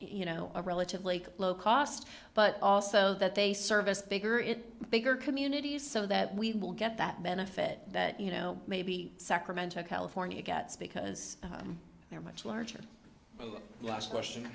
you know a relatively low cost but also that they service bigger it bigger communities so that we will get that benefit that you know maybe sacramento california gets because they're much larger las